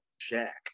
jack